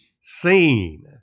seen